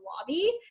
lobby